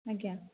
ଆଜ୍ଞା